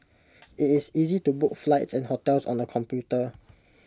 IT is easy to book flights and hotels on the computer